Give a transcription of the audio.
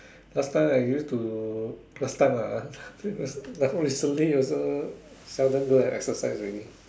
last time I used to last time ah ah now recently also seldom go and exercise already